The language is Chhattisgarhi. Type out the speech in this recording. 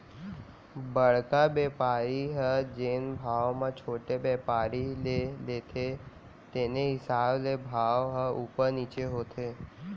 बड़का बेपारी ह जेन भाव म छोटे बेपारी ले लेथे तेने हिसाब ले भाव ह उपर नीचे होथे